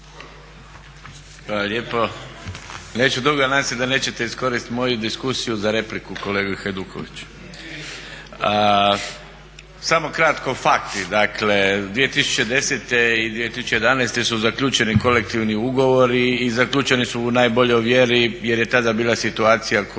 Hvala lijepo. Neću dugu a nadam se da nećete iskoristiti moju diskusiju za repliku kolega Hajduković. Samo kratko, …/Govornik se ne razumije./… dakle 2010. i 2011. su zaključeni kolektivni ugovori i zaključeni su u najboljoj vjeri jer je tada bila situacija koja